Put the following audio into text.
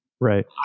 Right